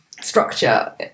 structure